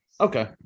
Okay